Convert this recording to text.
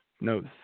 No